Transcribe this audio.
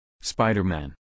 Spider-Man